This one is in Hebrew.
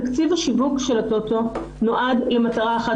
תקציב השיווק של הטוטו נועד למטרה אחת